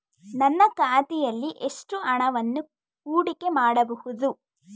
ನನ್ನ ಖಾತೆಯಲ್ಲಿ ಎಷ್ಟು ಹಣವನ್ನು ಹೂಡಿಕೆ ಮಾಡಬಹುದು?